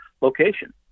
location